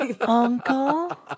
Uncle